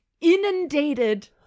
inundated